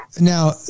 Now